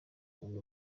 undi